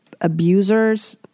abusers